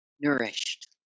nourished